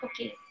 okay